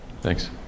Thanks